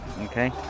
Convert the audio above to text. Okay